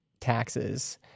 taxes